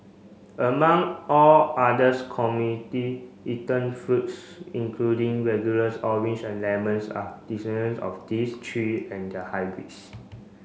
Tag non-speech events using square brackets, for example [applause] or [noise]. among all others [unintelligible] eaten fruits including regulars oranges and lemons are descendants of these three and their hybrids